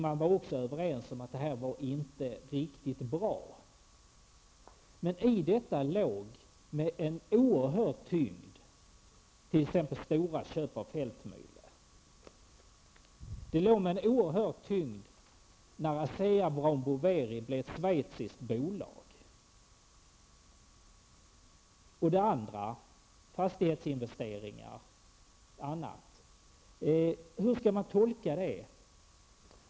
Man var också överens om att det här inte var riktigt bra. Men i detta framstod också med en oerhörd tyngd t.ex. Storas köp av Feldtmühle, ASEA Brown Boveris övergång till att bli ett schweiziskt bolag, fastighetsinvesteringar och annat. Hur skall man tolka detta?